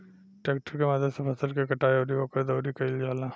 tractor के मदद से फसल के कटाई अउरी ओकर दउरी कईल जाला